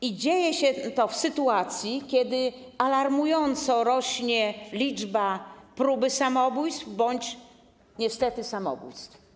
I dzieje się to w sytuacji, kiedy alarmująco rośnie liczba prób samobójczych bądź, niestety, samobójstw.